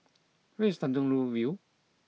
where is Tanjong Rhu View